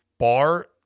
Bar